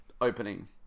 opening